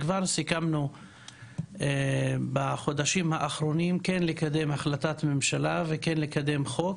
כבר סיכמנו בחודשים האחרונים כן לקדם החלטת ממשלה וכן לקדם חוק